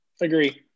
agree